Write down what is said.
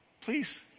please